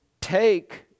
take